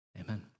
Amen